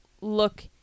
look